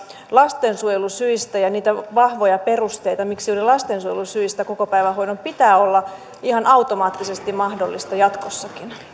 lastensuojelusyistä niitä vahvoja perusteita miksi juuri lastensuojelusyistä kokopäivähoidon pitää olla ihan automaattisesti mahdollista jatkossakin